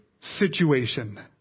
situation